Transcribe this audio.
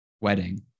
wedding